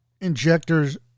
injectors